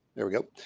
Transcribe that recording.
there we go.